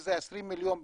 שזה 20 מיליון בשנה.